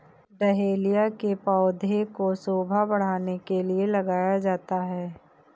dahlia के पौधे को शोभा बढ़ाने के लिए लगाया जाता है